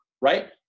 right